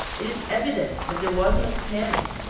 it is evident that there was an attempt,